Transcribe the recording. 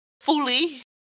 fully